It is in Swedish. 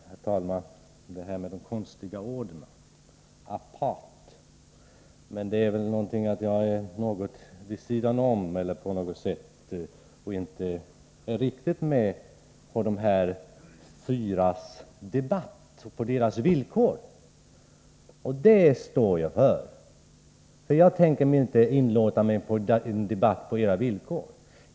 Herr talman! Låt mig nu först beröra detta med de konstiga orden. Ordet apart innebär väl att jag är något vid sidan om eller på något sätt inte är riktigt med på de fyra övriga partiernas debatt — på deras villkor. Och jag står fast vid att jag inte tänker inlåta mig på en debatt på de villkoren.